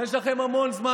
יש לכם המון זמן.